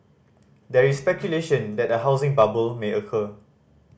there is speculation that a housing bubble may occur